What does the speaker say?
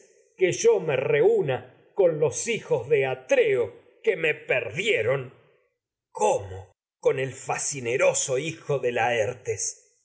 que yo me reúna con los hijos de atreo que me perdieron cómo con el facineroso hijo de laertes